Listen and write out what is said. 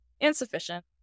insufficient